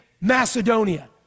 Macedonia